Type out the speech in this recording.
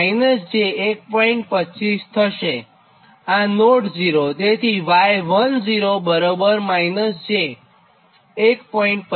આ નોડ 0તેથી y10 બરાબર -j 1